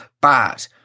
bad